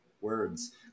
Words